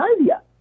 idea